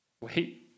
Wait